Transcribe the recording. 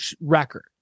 record